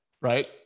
right